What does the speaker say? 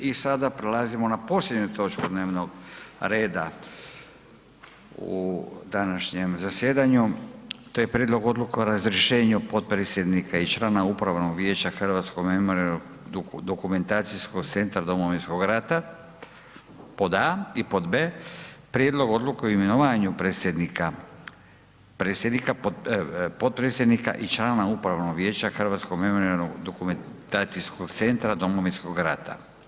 i sada prelazimo na posljednju točku dnevnog reda u današnjem zasjedanju, to je prijedlog Odluke o razrješenju potpredsjednika i člana Upravnog vijeća Hrvatskog memorijalno-dokumentacijskog centra Domovinskog rata, pod a, i pod b, prijedlog Odluke o imenovanju predsjednika, podpredsjednika i člana Upravnog vijeća Hrvatskog memorijalno-dokumentacijskog centra Domovinskog rata.